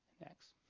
Next